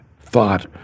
thought